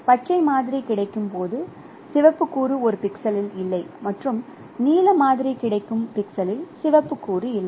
பச்சை மாதிரி கிடைக்கும்போது சிவப்பு கூறு ஒரு பிக்சலில் இல்லை மற்றும் நீல மாதிரி கிடைக்கும் பிக்சலில் சிவப்பு கூறு இல்லை